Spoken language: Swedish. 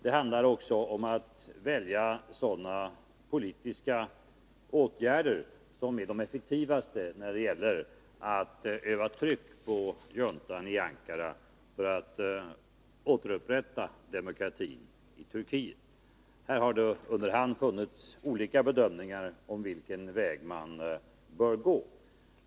Det handlar också om att välja sådana politiska åtgärder som är de effektivaste när det gäller att utöva tryck på juntan i Ankara för att man skall återupprätta demokratin i Turkiet. Här har det funnits olika bedömningar om vilken väg man bör gå.